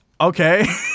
Okay